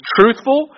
truthful